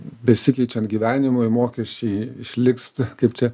besikeičiant gyvenimui mokesčiai išliks kaip čia